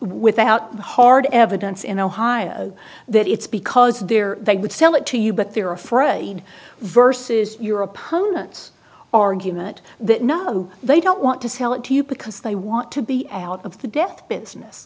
without the hard evidence in ohio that it's because there they would sell it to you but they're afraid verses your opponents argument that no they don't want to sell it to you because they want to be out of the death business